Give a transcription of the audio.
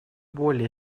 более